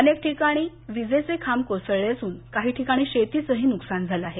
अनेक ठिकाणी विजेचे खांब कोसळले असून काही ठिकाणी शेतीचंही नुकसान झालं आहे